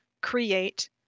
create